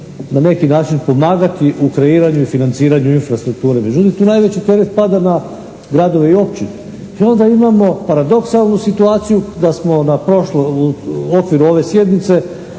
na neki način pomagati u kreiranju i financiranju infrastrukture. Međutim, tu najveći teret pada na gradove i općine. I onda imamo paradoksalnu situaciju da smo na prošlom, u okviru ove sjednice